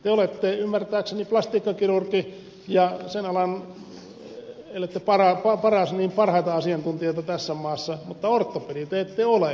te olette ymmärtääkseni plastiikkakirurgi ja sen alan ellette paras niin parhaita asiantuntijoita tässä maassa mutta ortopedi te ette ole